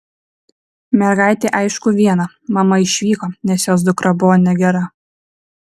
mergaitei aišku viena mama išvyko nes jos dukra buvo negera